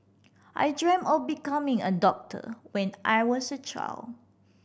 I dreamt of becoming a doctor when I was a child